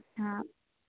ہاں